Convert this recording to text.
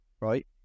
right